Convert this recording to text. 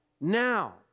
now